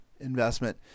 investment